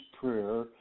prayer